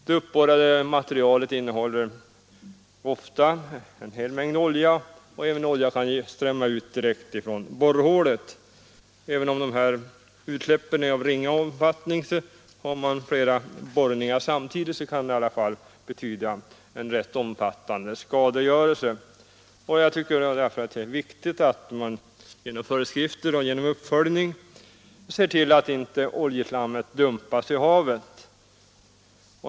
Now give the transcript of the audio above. Det uppborrade materialet innehåller ofta en hel mängd olja. Olja kan även strömma ut direkt från borrhålet. Även om utsläppen blir av ringa omfattning kan det dock, om flera borrningar pågår samtidigt, bli fråga om rätt omfattande skadegörelse. Jag tycker därför att det är viktigt att man genom föreskrifter och genom uppföljning ser till att oljeslammet inte dumpas i havet.